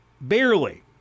barely